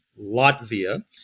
Latvia